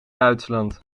duitsland